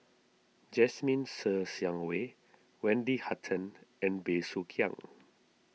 Jasmine Ser Xiang Wei Wendy Hutton and Bey Soo Khiang